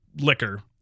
liquor